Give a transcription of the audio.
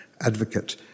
advocate